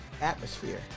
atmosphere